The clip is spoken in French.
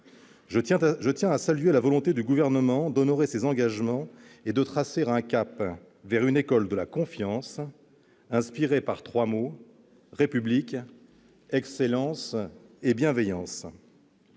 Je tiens à saluer la volonté du Gouvernement d'honorer ses engagements et de tracer un cap vers une école de la confiance, inspirée par trois mots : République, excellence et bienveillance.